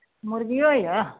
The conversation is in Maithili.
मुरगियो यए